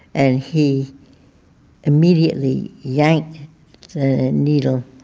and he immediately yanked the needle